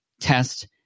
test